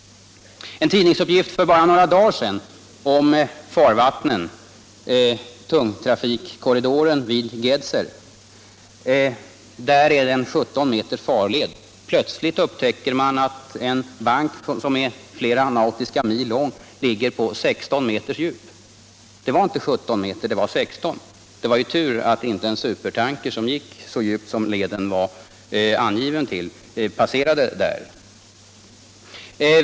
En tidningsuppgift för bara några dagar sedan handlade om tungtrafikkorridoren vid Gedser. Där är det en 17 meters farled. Plötsligt upptäcker man att en bank som är flera nautiska mil lång ligger på 16 meters djup. Det var inte 17 meter — det var 16. Det var ju tur att inte en supertanker som gick så djupt som leden var angiven till passerade där.